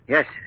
Yes